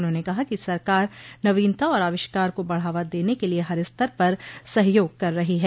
उन्होंने कहा कि सरकार नवीनता और आविष्कार को बढ़ावा देने के लिये हर स्तर पर सहयोग कर रही है